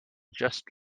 just